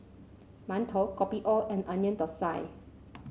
mantou Kopi O and Onion Thosai